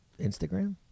instagram